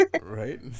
Right